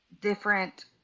different